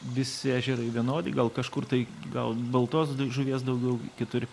visi ežerai vienodi gal kažkur tai gal baltos žuvies daugiau kitur